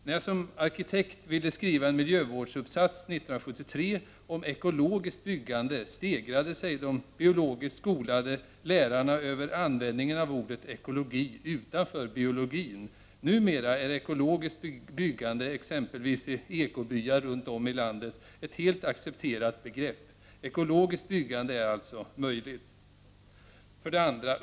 När jag som arkitekt 1973 ville skriva en miljövårdsuppsats om ekologiskt byggande stegrade sig de biologiskt skolade lärarna över användningen av ordet ekologi utanför biologin. Numera är ekologiskt byggande, exempelvis i ekobyar runt om i landet, ett helt accepterat begrepp. Ekologiskt byggande är alltså möjligt. 2.